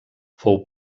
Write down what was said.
fou